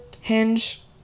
Hinge